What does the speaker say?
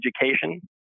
Education